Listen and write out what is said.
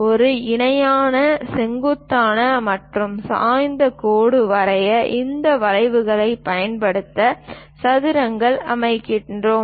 ஒரு இணையான செங்குத்தாக மற்றும் சாய்ந்த கோடுகளை வரைய இந்த வரைவுகளைப் பயன்படுத்தி சதுரங்களை அமைக்கிறோம்